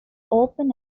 open